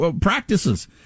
practices